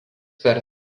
per